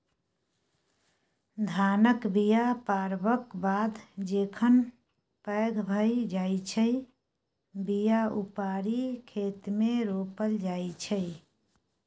धानक बीया पारबक बाद जखन पैघ भए जाइ छै बीया उपारि खेतमे रोपल जाइ छै